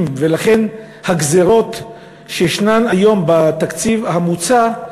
ולכן ישנן היום הגזירות בתקציב המוצע,